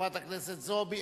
חברת הכנסת זועבי,